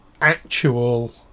actual